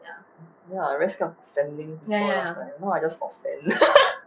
ya I very scared offending people don't know who I just offend